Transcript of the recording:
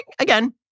again